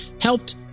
helped